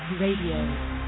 Radio